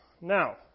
Now